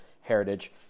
heritage